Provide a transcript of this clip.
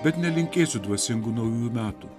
bet nelinkėsiu dvasingų naujųjų metų